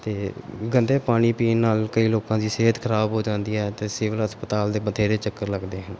ਅਤੇ ਗੰਦੇ ਪਾਣੀ ਪੀਣ ਨਾਲ ਕਈ ਲੋਕਾਂ ਦੀ ਸਿਹਤ ਖਰਾਬ ਹੋ ਜਾਂਦੀ ਹੈ ਅਤੇ ਸਿਵਿਲ ਹਸਪਤਾਲ ਦੇ ਬਥੇਰੇ ਚੱਕਰ ਲੱਗਦੇ ਹਨ